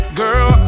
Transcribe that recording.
girl